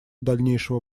дальнейшего